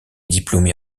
diplômée